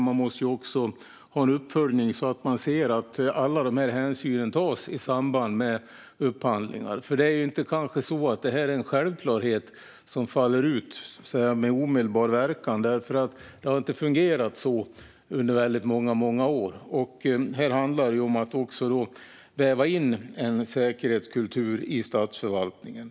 Man måste också göra en uppföljning för att se att alla hänsyn tas i samband med upphandlingar. Detta är nog inte en självklarhet som sker med omedelbar verkan, eftersom det under väldigt många år inte har fungerat så. Det handlar om att väva in en säkerhetskultur i statsförvaltningen.